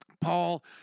Paul